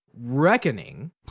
Reckoning